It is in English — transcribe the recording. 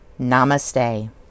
Namaste